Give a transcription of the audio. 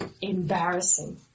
embarrassing